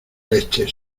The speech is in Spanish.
leches